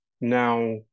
now